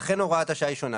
ולכן הוראת השעה היא שונה.